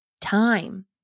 time